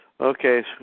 okay